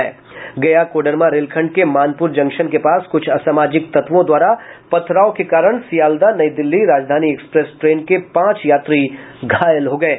गया कोडरमा रेलखंड के मानपूर जंक्शन के पास कुछ असामाजिक तत्वों द्वारा पथराव के कारण सियाल्दाह नई दिल्ली राजधानी एक्सप्रेस ट्रेन के पांच यात्री घायल हो गये